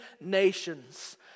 nations